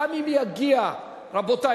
רבותי,